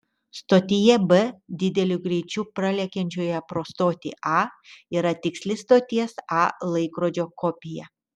stotyje b dideliu greičiu pralekiančioje pro stotį a yra tiksli stoties a laikrodžio kopija